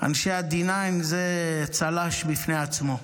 אנשי ה- D9הם צל"ש בפני עצמו.